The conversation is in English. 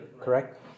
correct